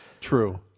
True